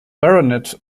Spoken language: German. baronet